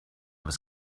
was